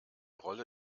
rolle